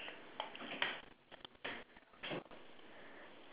ya mine below that has shine in the dance contest